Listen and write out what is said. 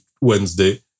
Wednesday